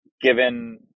given